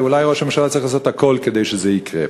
ואולי ראש הממשלה צריך לעשות הכול כדי שזה יקרה.